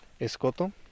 Escoto